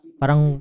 parang